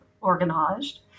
organized